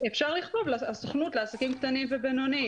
אפשר לכתוב הסוכנות לעסקים קטנים ובינוניים.